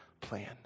plan